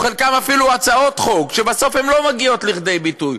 או חלקם אפילו הצעות חוק שבסוף הן לא מגיעות לכדי ביטוי.